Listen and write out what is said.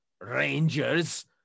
rangers